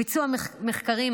ביצוע מחקרים,